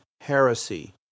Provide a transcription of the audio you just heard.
heresy